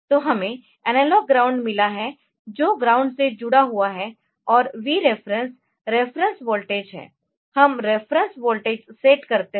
तो हमें analogue ground मिला है जो ग्राउंड से जुड़ा हुआ है और Vref रेफेरेंस वोल्टेज है हम रेफेरेंस वोल्टेज सेट करते है